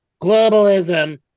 globalism